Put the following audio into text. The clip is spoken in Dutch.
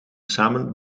samen